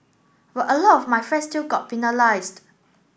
but a lot of my friends still got penalised